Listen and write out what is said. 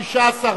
התשע"א